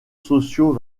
sociaux